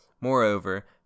Moreover